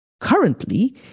Currently